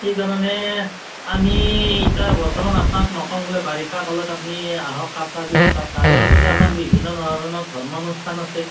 সেইকাৰণে আমি এতিয়া বৰ্তমান আপোনাক নকওঁ বোলে বাৰিষা কালত আপুনি আহক কাপলা বিল চাওক তাৰে লগতে আমাৰ বিভিন্ন ধৰণৰ ধৰ্ম অনুষ্ঠান আছে